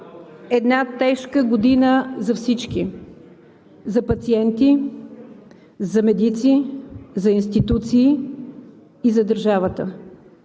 една тежка година за всички – за пациенти, за медици, за институции и за държавата.